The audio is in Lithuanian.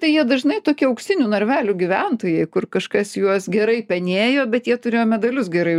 tai jie dažnai tokie auksinių narvelių gyventojai kur kažkas juos gerai penėjo bet jie turėjo medalius gerai